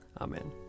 Amen